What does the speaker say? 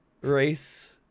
Race